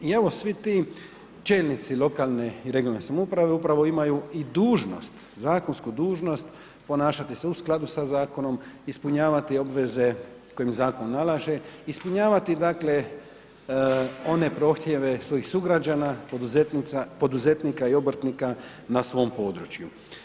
I evo, svi ti čelnici lokalne i regionalne samouprave upravo imaju i dužnost, zakonsku dužnost, ponašati se u skladu sa zakonom, ispunjavati obveze koji im zakon nalaže, ispunjavati, dakle, one prohtjeve svojih sugrađana, poduzetnika i obrtnika na svom području.